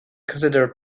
considered